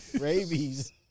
Rabies